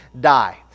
die